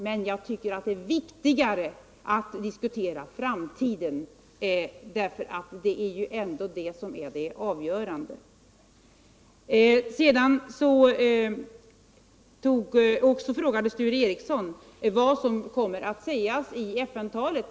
Men jag tycker att det är viktigare att diskutera framtiden, för det är ändå det avgörande. Sture Ericson frågade också vad som kommer att sägas i FN-talet.